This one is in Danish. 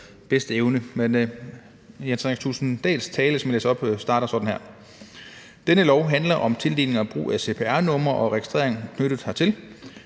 bedste evne. Men Jens Henrik Thulesen Dahls tale, som jeg læser op nu, lyder sådan her: Denne lov handler om tildeling af brug af cpr-numre og registrering knyttet hertil.